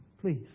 please